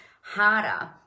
harder